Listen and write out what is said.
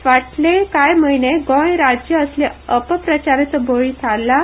फाटले कांय म्हयने गोंय राज्य असल्या अपप्रचाराचो बळी थारलां